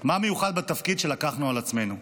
מה מיוחד בתפקיד שלקחנו על עצמנו?